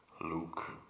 Luke